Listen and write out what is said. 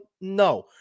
No